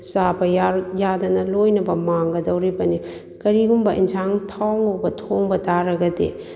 ꯆꯥꯕ ꯌꯥꯗꯅ ꯂꯣꯏꯅꯃꯛ ꯃꯥꯡꯒꯗꯧꯔꯤꯕꯅꯤ ꯀꯔꯤꯒꯨꯝꯕ ꯌꯦꯟꯁꯥꯡ ꯊꯥꯎ ꯉꯧꯕ ꯊꯣꯡꯕ ꯇꯥꯔꯒꯗꯤ